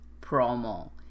Promo